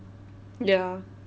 ya